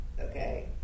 Okay